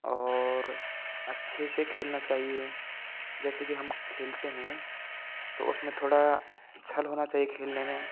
और अच्छे से खेलना चाहिए जैसे कि हम खेलते हैं तो उसमें थोड़ा छल होना चाहिये खेलने में